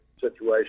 situation